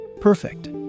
perfect